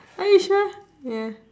are you sure ya